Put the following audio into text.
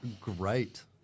Great